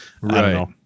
Right